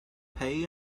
pay